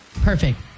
Perfect